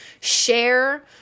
share